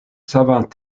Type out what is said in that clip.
savants